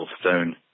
stone